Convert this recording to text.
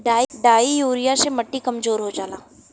di urea से मट्टी कमजोर हो जाला